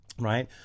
right